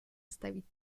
ставить